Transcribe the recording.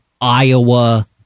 Iowa